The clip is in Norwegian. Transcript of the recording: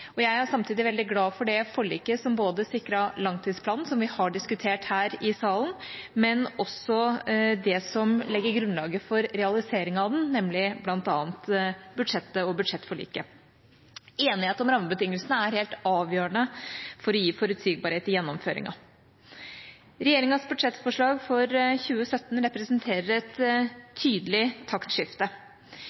juni. Jeg er samtidig veldig glad for det forliket som sikret langtidsplanen – som vi har diskutert her i salen – men også det som legger grunnlaget for realiseringen av den, nemlig bl.a. budsjettet og budsjettforliket. Enighet om rammebetingelsene er helt avgjørende for å gi forutsigbarhet i gjennomføringen. Regjeringas budsjettforslag for 2017 representerer et tydelig taktskifte.